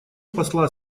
посла